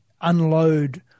unload